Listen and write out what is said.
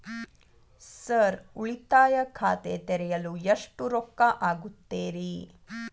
Sir ಉಳಿತಾಯ ಖಾತೆ ತೆರೆಯಲು ಎಷ್ಟು ರೊಕ್ಕಾ ಆಗುತ್ತೇರಿ?